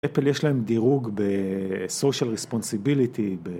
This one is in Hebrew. אפל יש להם דירוג בסושיאל ריספונסיביליטי.